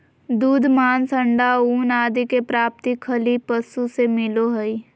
दूध, मांस, अण्डा, ऊन आदि के प्राप्ति खली पशु से मिलो हइ